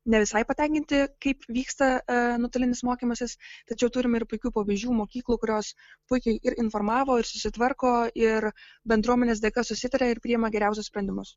ne visai patenkinti kaip vyksta nuotolinis mokymasis tačiau turim ir puikių pavyzdžių mokyklų kurios puikiai ir informavo ir susitvarko ir bendruomenės dėka susitaria ir priima geriausius sprendimus